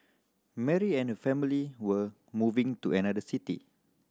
Mary and her family were moving to another city